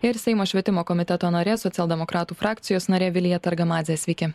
ir seimo švietimo komiteto narė socialdemokratų frakcijos narė vilija targamadzė sveiki